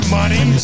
money